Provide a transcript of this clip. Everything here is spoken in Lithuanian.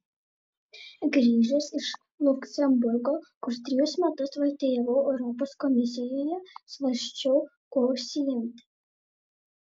grįžęs iš liuksemburgo kur trejus metus vertėjavau europos komisijoje svarsčiau kuo užsiimti